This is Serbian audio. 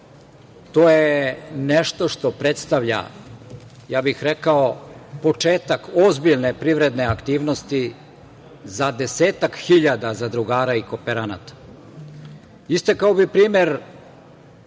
To je nešto što predstavlja, ja bih rekao, početak ozbiljne privredne aktivnosti za desetak hiljada zadrugara i kooperanata. Istakao bih primer